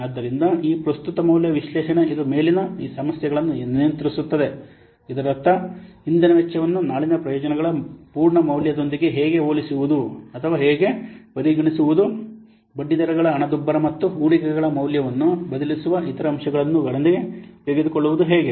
ಆದ್ದರಿಂದ ಈ ಪ್ರಸ್ತುತ ಮೌಲ್ಯ ವಿಶ್ಲೇಷಣೆ ಇದು ಮೇಲಿನ ಈ ಸಮಸ್ಯೆಗಳನ್ನು ನಿಯಂತ್ರಿಸುತ್ತದೆ ಇದರರ್ಥ ಇಂದಿನ ವೆಚ್ಚವನ್ನು ನಾಳಿನ ಪ್ರಯೋಜನಗಳ ಪೂರ್ಣ ಮೌಲ್ಯದೊಂದಿಗೆ ಹೇಗೆ ಹೋಲಿಸುವುದು ಅಥವಾ ಹೇಗೆ ಪರಿಗಣಿಸುವುದು ಬಡ್ಡಿದರಗಳ ಹಣದುಬ್ಬರ ಮತ್ತು ಹೂಡಿಕೆಗಳ ಮೌಲ್ಯವನ್ನು ಬದಲಿಸುವ ಇತರ ಅಂಶಗಳನ್ನು ಗಣನೆಗೆ ತೆಗೆದುಕೊಳ್ಳುವುದು ಹೇಗೆ